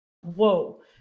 whoa